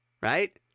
Right